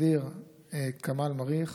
ע'דיר כמאל מריח,